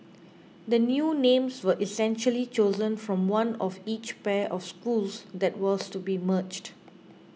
the new names were essentially chosen from one of each pair of schools that was to be merged